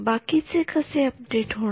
बाकीचे कसे अपडेट होणार